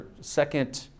second